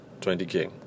20K